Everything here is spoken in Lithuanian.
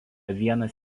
vienas